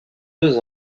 deux